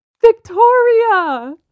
Victoria